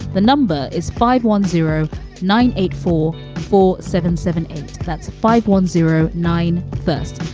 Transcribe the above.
the number is five one zero nine eight four four seven seven eight. that's five one zero nine first.